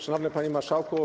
Szanowny Panie Marszałku!